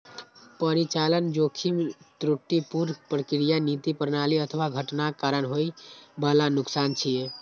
परिचालन जोखिम त्रुटिपूर्ण प्रक्रिया, नीति, प्रणाली अथवा घटनाक कारण होइ बला नुकसान छियै